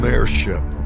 Airship